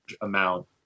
amount